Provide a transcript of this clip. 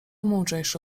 mądrzejsze